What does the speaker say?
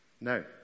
No